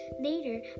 Later